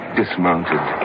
dismounted